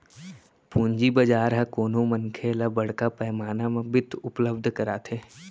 पूंजी बजार ह कोनो मनखे ल बड़का पैमाना म बित्त उपलब्ध कराथे